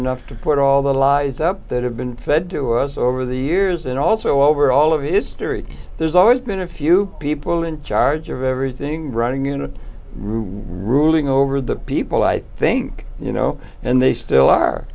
enough to put all the lies up that have been fed to us over the years and also over all of history there's always been a few people in charge of everything running unit ruling over the people i think you know and they still are